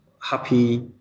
happy